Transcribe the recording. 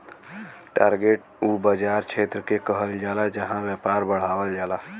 target उ बाज़ार क्षेत्र के कहल जाला जहां व्यापार बढ़ावल जाला